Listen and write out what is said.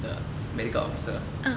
the medical officer